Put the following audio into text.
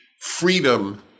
freedom